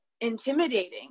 intimidating